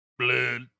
Blood